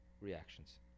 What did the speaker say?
reactions